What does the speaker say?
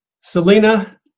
selena